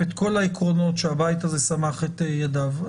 את כל העקרונות שהבית הזה סמך את ידיו.